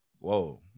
Whoa